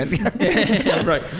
right